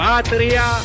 Patria